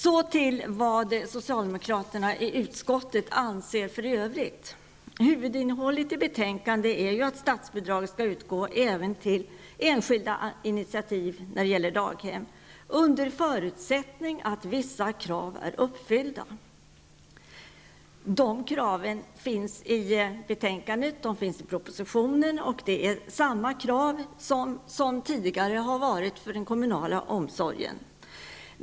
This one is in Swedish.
Så till vad socialdemokraterna i utskottet anser i övrigt. Huvudinnehållet i betänkandet är att statsbidrag skall utgå även till enskilda daghem, under förutsättning att vissa krav är uppfyllda. De kraven är angivna i betänkandet och i propositionen, och det är samma krav som tidigare har gällt för den kommunala omsorgen.